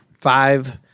Five